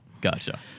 Gotcha